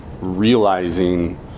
realizing